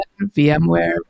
VMware